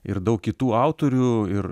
ir daug kitų autorių ir